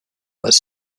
was